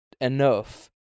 enough